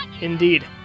Indeed